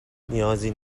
نیازی